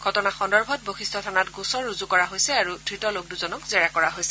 ঘটনা সন্দৰ্ভত বশিষ্ঠ থানাত গোচৰ ৰুজু কৰা হৈছে আৰু ধৃত লোক দুজনক জেৰা কৰা হৈছে